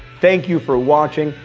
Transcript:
thank you for watching.